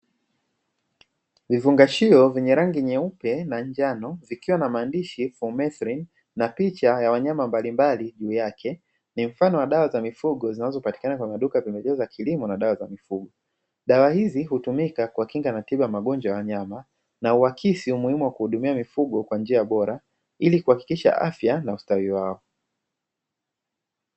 Vifungashio vyenye rangi nyeupe na njano, vikiwa na maandishi "flimethrin" na picha za wanyama mbalimbali juu yake, ni mfano wa dawa za mifugo zinazopatikana kwenye maduka ya pembejeo za kilimo na dawa za mifugo. Dawa hizi hutumika kwa kinga na tiba ya magojwa ya wanyama na huakisi umuhimu wa kuhudumia mifugo kwa njia bora, ili kuhakikisha afya na ustawi wao.